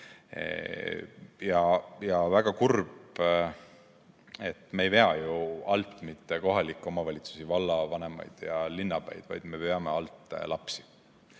Ja väga kurb, et me ei vea ju alt mitte kohalikke omavalitsusi, vallavanemaid ja linnapäid, vaid me veame alt lapsi.